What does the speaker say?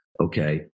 okay